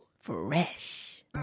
fresh